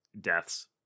deaths